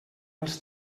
els